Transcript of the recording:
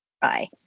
bye